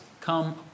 come